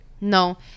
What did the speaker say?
No